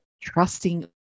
trusting